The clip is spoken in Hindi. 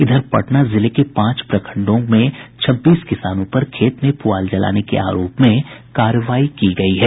इधर पटना जिले के पांच प्रखंडों में छब्बीस किसानों पर खेत में पुआल जलाने के आरोप में कार्रवाई की गयी है